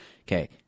okay